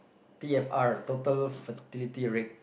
t_r_f total fertility rate